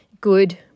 Good